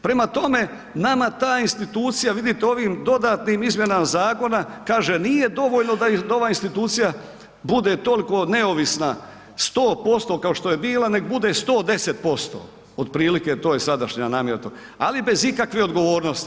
Prema tome, nama ta institucija vidite ovim dodatnim izmjenama zakona kaže nije dovoljno da ova institucija bude toliko neovisna 100% kao što je bila nek bude 110% otprilike to je sadašnja namjera, ali bez ikakve odgovornosti.